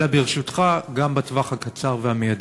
אלא, ברשותך, גם בטווח הקצר והמיידי.